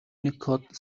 юникод